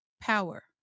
power